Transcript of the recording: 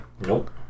Nope